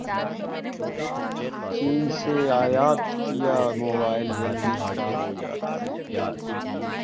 चीन से आयत किया मोबाइल जल्दी खराब हो जाता है